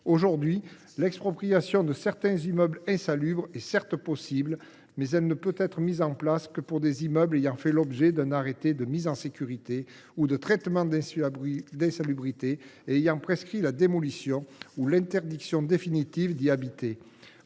Aujourd’hui, l’expropriation de certains immeubles insalubres est certes possible, mais elle ne peut être mise en place que pour les immeubles ayant fait l’objet d’un arrêté de mise en sécurité ou de traitement d’insalubrité ayant prescrit la démolition ou l’interdiction définitive d’y habiter.